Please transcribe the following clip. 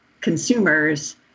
consumers